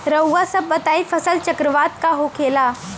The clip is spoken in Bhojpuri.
रउआ सभ बताई फसल चक्रवात का होखेला?